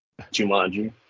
Jumanji